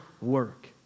work